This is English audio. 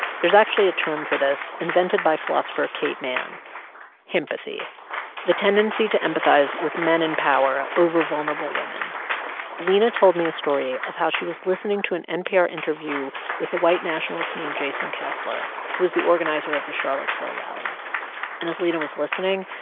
there's actually a term for this invented by philosopher kate manne himpathy the tendency to empathize with men in power over vulnerable women lina told me a story of how she was listening to an npr interview with a white nationalist named jason kessler who was the organizer of the charlottesville rally. and as lina was listening,